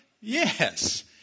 Yes